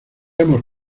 hemos